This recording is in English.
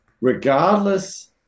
regardless